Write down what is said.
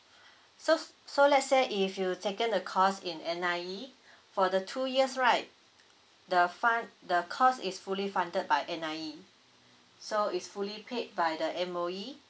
so so let's say if you taken a course in N_I_E for the two years right the fund the course is fully funded by N_I_E so is fully paid by the M_O_E